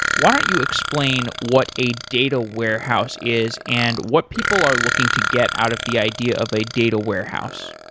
why don't you explain what a data warehouse is and what people are looking to get out of the idea of a data warehouse?